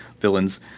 villains